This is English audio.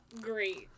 great